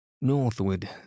Northward